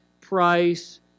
price